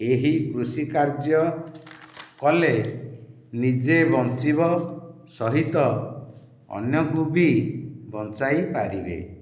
ଏହି କୃଷିକାର୍ଯ୍ୟ କଲେ ନିଜେ ବଞ୍ଚିବା ସହିତ ଅନ୍ୟକୁ ବି ବଞ୍ଚାଇ ପାରିବେ